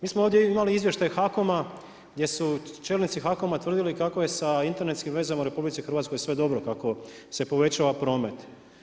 Mi smo ovdje imali izvještaj HAKOM-a gdje su čelnici HAKOM-a tvrdili kako je sa internetskim vezama u RH sve dobro, kako se povećava promet.